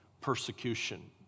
persecution